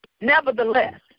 Nevertheless